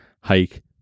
hike